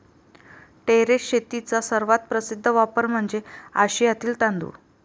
terrace शेतीचा सर्वात प्रसिद्ध वापर म्हणजे आशियातील तांदूळ